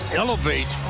elevate